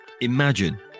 Imagine